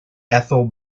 ethel